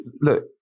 look